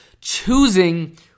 choosing